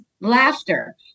laughter